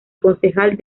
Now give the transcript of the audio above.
concejal